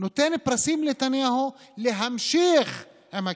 לתת פרסים לנתניהו להמשיך עם הכיבוש,